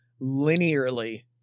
linearly